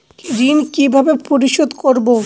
ঋণ কিভাবে পরিশোধ করব?